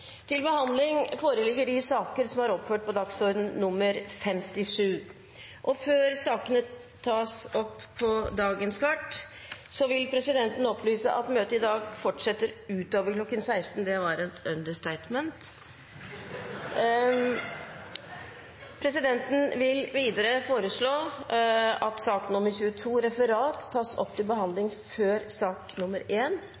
til behandling, vil presidenten opplyse om at møtet i dag fortsetter utover kl. 16 – det var et understatement! Presidenten vil foreslå at sak nr. 22, Referat, tas opp til behandling før sak